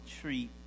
treat